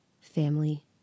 family